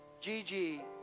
Gigi